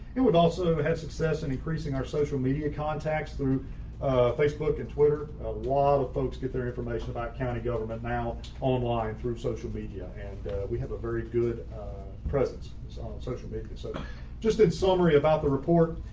it was also had success and increasing our social media contacts through facebook and twitter. a lot of folks get their information about county government now online through social media, and we have a very good presence ah and social media. so just in summary about the report,